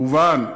מובן.